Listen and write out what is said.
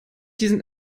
diesen